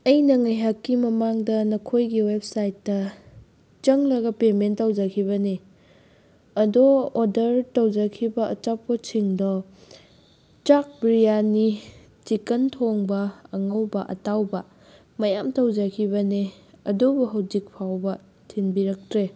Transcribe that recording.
ꯑꯩꯅ ꯉꯥꯏꯍꯥꯛꯀꯤ ꯃꯃꯥꯡꯗ ꯅꯈꯣꯏꯒꯤ ꯋꯦꯞꯁꯥꯏꯠꯇ ꯆꯪꯂꯒ ꯄꯦꯃꯦꯟ ꯇꯧꯖꯈꯤꯕꯅꯤ ꯑꯗꯣ ꯑꯣꯗꯔ ꯇꯧꯖꯈꯤꯕ ꯑꯆꯥꯄꯣꯠꯁꯤꯡꯗꯣ ꯆꯥꯛ ꯕꯤꯔꯌꯥꯅꯤ ꯆꯤꯀꯟ ꯊꯣꯡꯕ ꯑꯉꯧꯕ ꯑꯇꯥꯎꯕ ꯃꯌꯥꯝ ꯇꯧꯖꯈꯤꯕꯅꯦ ꯑꯗꯨꯕꯨ ꯍꯧꯖꯤꯛ ꯐꯥꯎꯕ ꯊꯤꯟꯕꯤꯔꯛꯇ꯭ꯔꯦ